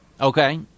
Okay